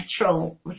natural